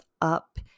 up